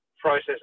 process